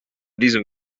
diesem